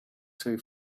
too